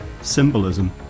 symbolism